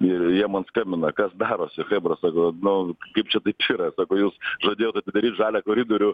ir jie mam skambina kas darosi chebra sako nu kaip čia tai čia yra sako jūs žadėjot atidaryt žalią koridorių